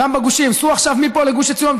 גם בגושים: סעו עכשיו מפה לגוש עציון,